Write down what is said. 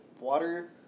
Water